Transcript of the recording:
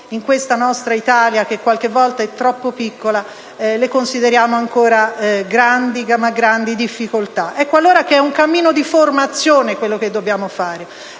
in questa nostra Italia che qualche volta è troppo piccola, le consideriamo ancora come grandi difficoltà. È un cammino di formazione quello che dobbiamo